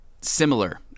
similar